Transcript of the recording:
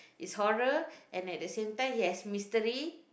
it's horror and at the same time he has mystery